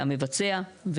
המבצע.